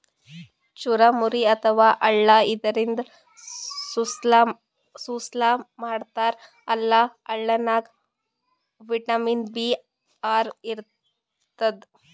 ಚುರಮುರಿ ಅಥವಾ ಅಳ್ಳ ಇದರಿಂದ ಸುಸ್ಲಾ ಮಾಡ್ತಾರ್ ಮತ್ತ್ ಅಳ್ಳನಾಗ್ ವಿಟಮಿನ್ ಬಿ ಆರ್ ಇರ್ತದ್